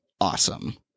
awesome